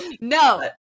No